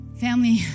Family